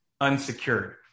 unsecured